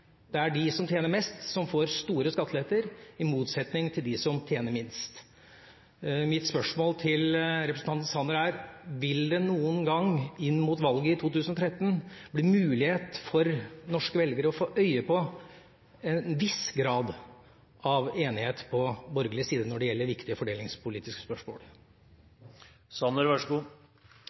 Det er de som tjener mest, som får store skatteletter, i motsetning til dem som tjener minst. Mitt spørsmål til representanten Sanner er: Vil det noen gang inn mot valget i 2013 bli mulig for norske velgere å få øye på en viss grad av enighet på borgerlig side når det gjelder viktige fordelingspolitiske spørsmål?